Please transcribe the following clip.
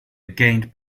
gained